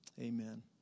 amen